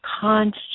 constant